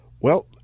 Well